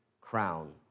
crown